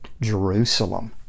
Jerusalem